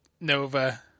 Nova